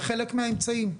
בחלק מהאמצעים.